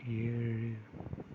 ஏழு